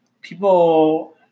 people